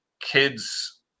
kids